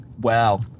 Wow